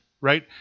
right